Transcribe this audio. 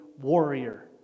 warrior